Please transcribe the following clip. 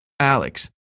Alex